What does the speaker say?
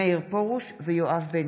איתמר בן גביר,